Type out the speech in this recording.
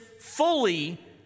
fully